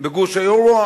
בגוש היורו?